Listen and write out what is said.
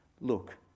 Look